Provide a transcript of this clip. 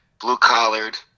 blue-collared